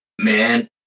man